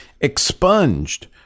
expunged